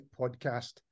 podcast